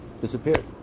disappeared